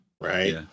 Right